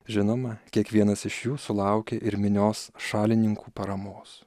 žinoma kiekvienas iš jų sulaukė ir minios šalininkų paramos